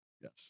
Yes